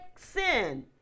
Sin